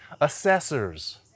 assessors